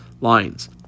lines